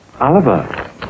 Oliver